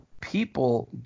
people